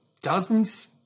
dozens